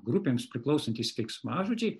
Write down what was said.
grupėms priklausantys veiksmažodžiai